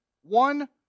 one